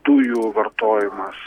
dujų vartojimas